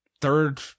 third